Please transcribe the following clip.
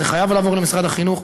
זה חייב לעבור למשרד החינוך.